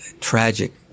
tragic